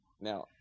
Now